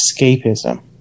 Escapism